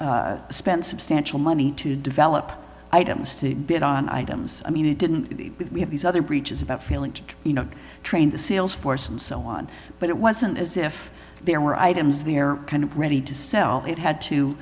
to spend substantial money to develop items to bid on items i mean it didn't have these other breaches about failing to you know train the sales force and so on but it wasn't as if there were items of the air kind of ready to sell it had to